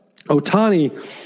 Otani